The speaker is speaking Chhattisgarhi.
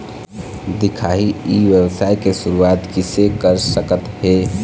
दिखाही ई व्यवसाय के शुरुआत किसे कर सकत हे?